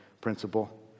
principle